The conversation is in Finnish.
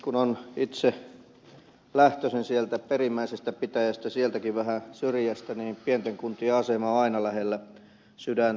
kun on itse lähtöisin sieltä perimmäisestä pitäjästä sieltäkin vähän syrjästä niin pienten kuntien asema on aina lähellä sydäntä